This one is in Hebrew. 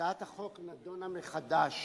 הצעת החוק נדונה מחדש